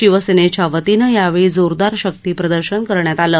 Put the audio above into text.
शिवसेनेच्यावतीने यावेळी जोरदार शक्तीप्रदर्शन करण्यात आलं